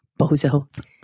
bozo